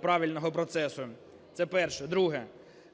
правильного процесу. Це перше. Друге.